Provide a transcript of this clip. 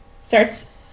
Starts